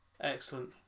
Excellent